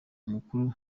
amakuru